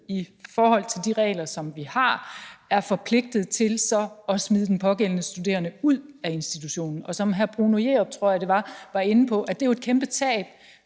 ud fra de regler, som vi har, er forpligtet til at smide den pågældende studerende ud af institutionen? Og som hr. Bruno Jerup, tror jeg det var, var inde på, er det jo et kæmpe tab